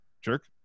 Jerk